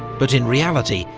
but in reality,